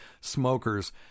smokers